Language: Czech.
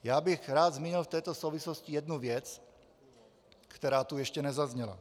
Rád bych zmínil v této souvislosti jednu věc, která tu ještě nezazněla.